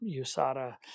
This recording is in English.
USADA